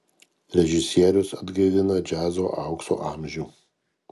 režisierius atgaivina džiazo aukso amžių